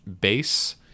base